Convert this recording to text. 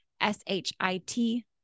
S-H-I-T